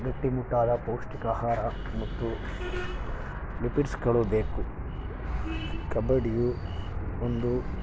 ಗಟ್ಟಿಮುಟ್ಟಾದ ಪೌಷ್ಟಿಕ ಆಹಾರ ಮತ್ತು ಲಿಪಿಡ್ಸ್ಗಳು ಬೇಕು ಕಬಡ್ಡಿಯು ಒಂದು